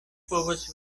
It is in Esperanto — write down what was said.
povas